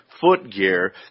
footgear